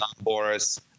Boris